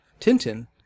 Tintin